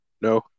No